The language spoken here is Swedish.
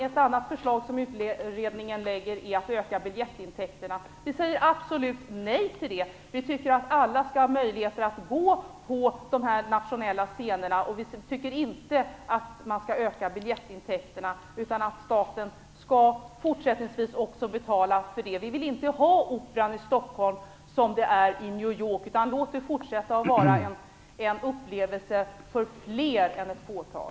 Ett annat förslag från utredningen är att öka biljettintäkterna. Vi säger absolut nej till det. Vi anser att alla skall ha möjlighet att gå till dessa nationella scener, och vi anser att man inte skall öka biljettintäkterna utan att staten även i fortsättningen skall betala för det. Vi vill inte att det skall vara som på Operan i New York, utan vi vill att Operan skall fortsätta att vara en upplevelse för fler än ett fåtal.